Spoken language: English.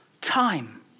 time